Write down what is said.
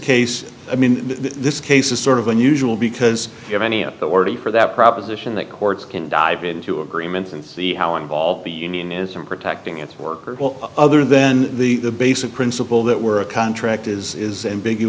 case i mean this case is sort of unusual because you have any authority for that proposition that courts can dive into agreements and see how involved the union is in protecting its workers will other then the basic principle that we're a contract is is